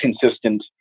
consistent